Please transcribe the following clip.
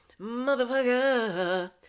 Motherfucker